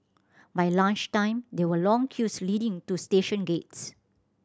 by lunch time there were long queues leading to station gates